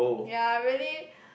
ya really